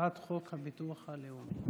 הצעת חוק הביטוח הלאומי.